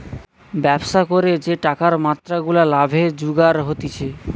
ব্যবসা করে যে টাকার মাত্রা গুলা লাভে জুগার হতিছে